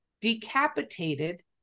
decapitated